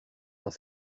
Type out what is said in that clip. dans